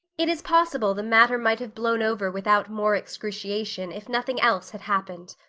it is possible the matter might have blown over without more excruciation if nothing else had happened.